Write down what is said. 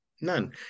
none